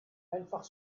einfach